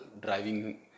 driving